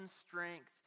strength